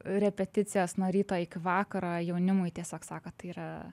repeticijos nuo ryto iki vakaro jaunimui tiesiog sako tai yra